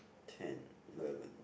ten eleven